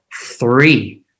three